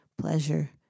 pleasure